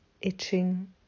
Itching